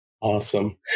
Awesome